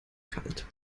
kalt